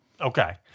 Okay